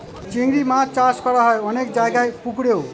চিংড়ি মাছ চাষ করা হয় অনেক জায়গায় পুকুরেও